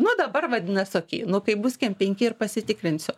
nu dabar vadinas okei nu kai bus kem penki ir pasitikrinsiu